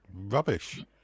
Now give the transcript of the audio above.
rubbish